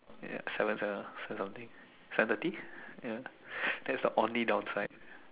ya seven seven seven something seven thirty ya that's the only downside